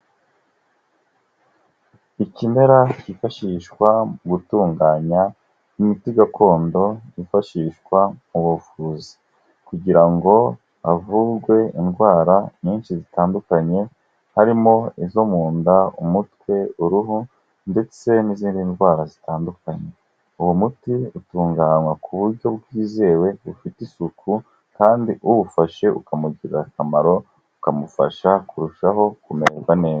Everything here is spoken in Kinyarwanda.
Ikimera cyifashishwa mu gutunganya imiti gakondo yifashishwa mu buvuzi. Kugira ngo havurwe indwara nyinshi zitandukanye, harimo: izo mu nda, umutwe, uruhu ndetse n'izindi ndwara zitandukanye. Uwo muti utunganywa ku buryo bwizewe bufite isuku kandi uwufashe ukamugirira akamaro, ukamufasha kurushaho kumererwa neza.